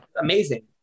amazing